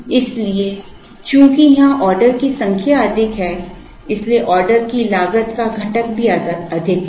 इसलिए चूंकि यहां ऑर्डर की संख्या अधिक है इसलिए ऑर्डर की लागत का घटक भी अधिक है